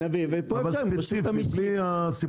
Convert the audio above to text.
אבל ספציפית בלי הסיפורים מסביב.